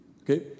Okay